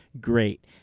great